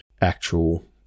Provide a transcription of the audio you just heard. actual